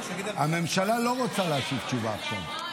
הממשלה לא רוצה להשיב עכשיו.